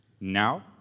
Now